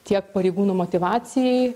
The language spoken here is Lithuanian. tiek pareigūnų motyvacijai